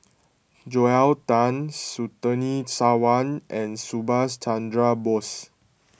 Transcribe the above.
Joel Tan Surtini Sarwan and Subhas Chandra Bose